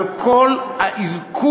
אבל כל אזכור,